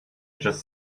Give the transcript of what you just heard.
just